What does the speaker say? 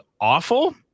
awful